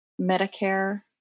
Medicare